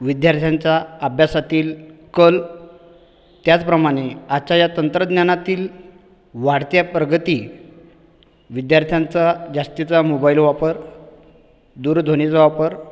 विद्यार्थ्यांचा अभ्यासातील कल त्याचप्रमाणे आजच्या या तंत्रज्ञानातील वाढत्या प्रगती विद्यार्थ्यांचा जास्तीचा मोबाईल वापर दूरध्वनीचा वापर